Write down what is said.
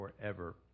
forever